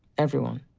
everyone.